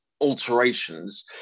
alterations